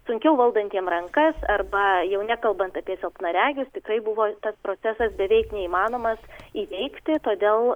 sunkiau valdantiem rankas arba jau nekalbant apie silpnaregius tikrai buvo tas procesas beveik neįmanomas įveikti todėl